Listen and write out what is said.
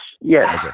Yes